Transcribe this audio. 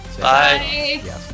Bye